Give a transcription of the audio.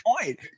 point